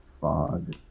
Fog